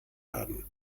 haben